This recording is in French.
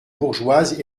bourgeoise